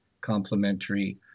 complementary